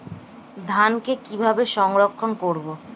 ধানকে কিভাবে সংরক্ষণ করব?